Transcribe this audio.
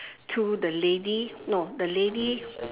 to the lady no the lady